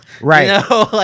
right